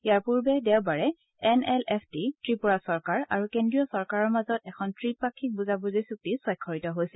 ইয়াৰ পূৰ্বে দেওবাৰে N L F T Tripura চৰকাৰ আৰু কেন্দ্ৰীয় চৰকাৰৰ মাজত এখন ত্ৰিপাক্ষিক বুজাবুজি চুক্তিত স্বাক্ষৰিত হৈছিল